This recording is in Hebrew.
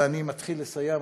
ואני מתחיל לסיים,